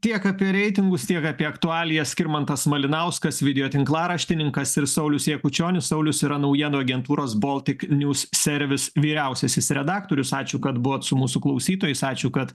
tiek apie reitingus tiek apie aktualijas skirmantas malinauskas video tinklaraštininkas ir saulius jakučionis saulius yra naujienų agentūros boltik njūs servis vyriausiasis redaktorius ačiū kad buvot su mūsų klausytojais ačiū kad